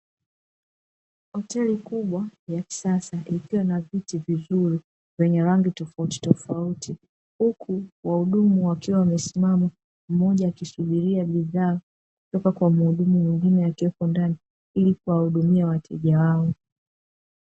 Hoteli kubwa na ya kisasa ikiwa na viti vizuri, vyenye rangi tofautitofauti huku wahudumu wakiwa wamesimama, mmoja akisubiria bidhaa kutoka kwa muhudumu mwingine akiwepo ndani, ili kuwahudumia wateja wao.